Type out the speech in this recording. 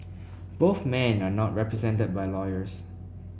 both men are not represented by lawyers